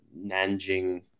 Nanjing